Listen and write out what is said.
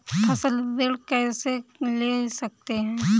फसल ऋण कैसे ले सकते हैं?